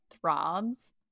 throbs